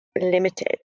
limited